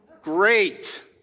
Great